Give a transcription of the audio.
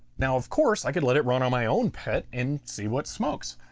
now of course, i could let it run on my own pet and see what smokes.